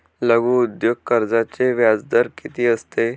लघु उद्योग कर्जाचे व्याजदर किती असते?